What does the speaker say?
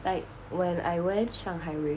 like when I went shanghai with